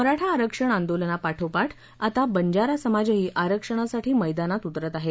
मराठा आरक्षण आंदोलनापाठोपाठ आता बजारा समाजही आरक्षणासाठी मैदानात उतरत आहे